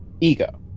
Ego